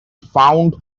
found